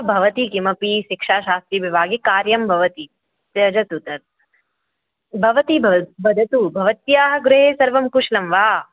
भवति किमपि शिक्षाशास्त्रीविभागे कार्यं भवति त्यजतु तत् भवती वद् वदतु भवत्याः गृहे सर्वं कुशलं वा